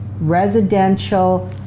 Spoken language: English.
residential